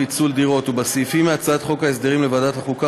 פיצול דירות) ובסעיפים מהצעת חוק ההסדרים ולוועדת החוקה,